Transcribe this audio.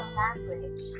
language